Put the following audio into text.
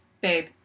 babe